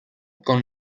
con